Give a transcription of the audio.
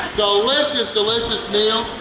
delicious, delicious meal!